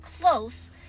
close